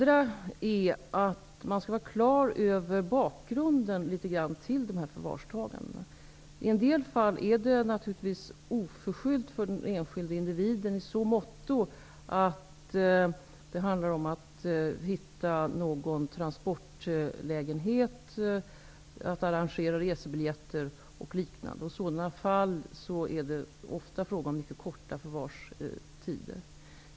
Man skall vidare vara klar över bakgrunden till förvarstagandena. I en del fall är förvarstagandet naturligtvis oförskyllt för den enskilde individen i så måtto att det handlar om att hitta någon transportlägenhet, att ordna med resebiljetter och liknande. I sådana fall är det ofta fråga om mycket korta förvarstider.